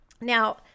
Now